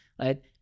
right